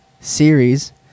series